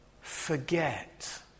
forget